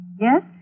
Yes